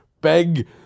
Big